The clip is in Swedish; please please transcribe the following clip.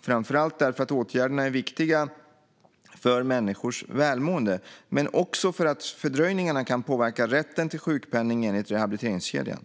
framför allt därför att åtgärderna är viktiga för människors välmående men också för att fördröjningarna kan påverka rätten till sjukpenning enligt rehabiliteringskedjan.